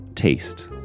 taste